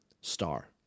star